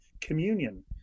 communion